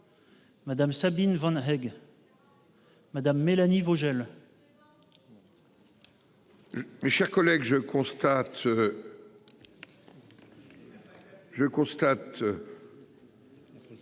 Madame Sabine von. Madame Mélanie Vogel. Mes chers collègues, je constate. La paella. Je constate.